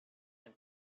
and